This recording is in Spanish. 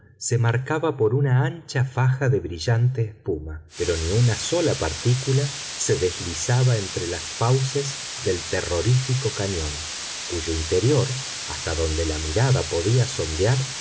se marcaba por una ancha faja de brillante espuma pero ni una sola partícula se deslizaba entre las fauces del terrorífico cañón cuyo interior hasta donde la mirada podía sondear